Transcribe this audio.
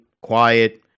quiet